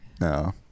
No